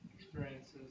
experiences